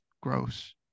gross